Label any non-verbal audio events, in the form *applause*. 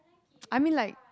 *noise* I mean like